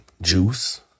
Juice